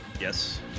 Yes